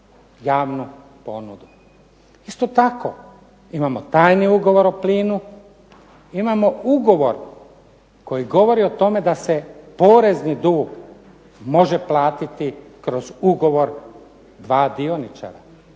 javnu ponudu. Isto tako imamo tajni ugovor o plinu, imamo ugovor koji govori o tome da se porezni dug može platiti kroz ugovor dva dioničara